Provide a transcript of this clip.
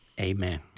Amen